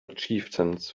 chieftains